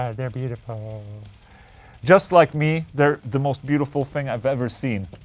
ah they're beautiful just like me, they're the most beautiful thing i've ever seen